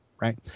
Right